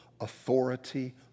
authority